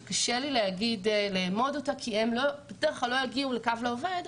שקשה לי לאמוד אותה כי הם בדרך כלל לא יגיעו לקו לעובד,